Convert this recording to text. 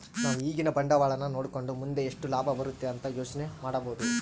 ನಾವು ಈಗಿನ ಬಂಡವಾಳನ ನೋಡಕಂಡು ಮುಂದೆ ಎಷ್ಟು ಲಾಭ ಬರುತೆ ಅಂತ ಯೋಚನೆ ಮಾಡಬೋದು